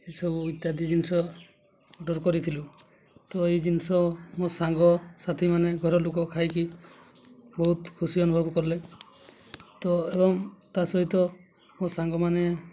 ଏସବୁ ଇତ୍ୟାଦି ଜିନିଷ ଅର୍ଡ଼ର୍ କରିଥିଲୁ ତ ଏଇ ଜିନିଷ ମୋ ସାଙ୍ଗସାଥିମାନେ ଘରଲୋକ ଖାଇକି ବହୁତ ଖୁସି ଅନୁଭବ କଲେ ତ ଏବଂ ତା ସହିତ ମୋ ସାଙ୍ଗମାନେ